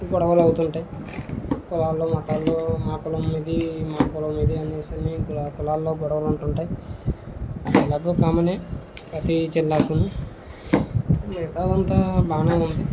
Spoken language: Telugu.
గొడవలు అవుతుంటాయి కులాలలో మతాలలో మా కులం ఇది మా కులం ఇది అని కులాలలో గొడవలు ఉంటు ఉంటాయి అది ఎలాగో కామన్యే ప్రతి జిల్లాకి మిగతాదంతా బాగా ఉంది